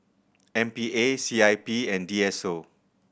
M P A C I P and D S O